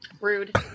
Rude